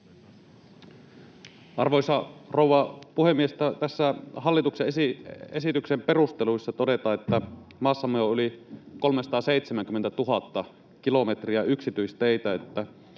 Arvoisa rouva puhemies! Hallituksen esityksen perusteluissa todetaan, että maassamme on yli 370 000 kilometriä yksityisteitä